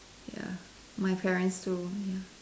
ya my parents too ya